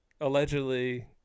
allegedly